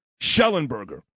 Schellenberger